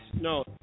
No